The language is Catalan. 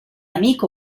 amic